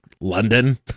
London